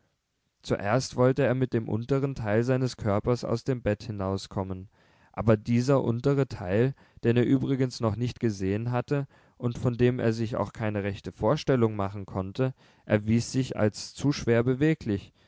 zuerst wollte er mit dem unteren teil seines körpers aus dem bett hinauskommen aber dieser untere teil den er übrigens noch nicht gesehen hatte und von dem er sich auch keine rechte vorstellung machen konnte erwies sich als zu schwer beweglich